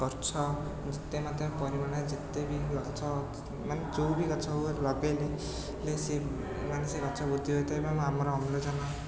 ଗଛ ଯେତେ ମାତ୍ରାରେ ପରିମାଣରେ ଯେତେ ବି ଗଛ ମାନେ ଯେଉଁ ବି ଗଛ ହେଉ ଲଗେଇଲେ ସେ ମାନେ ଗଛ ବୃଦ୍ଧି ହୋଇଥାଏ ଏବଂ ଆମର ଅମ୍ଳଜାନ ବି